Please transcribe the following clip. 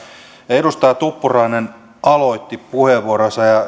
edustaja tuppurainen aloitti puheenvuoronsa